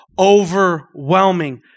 overwhelming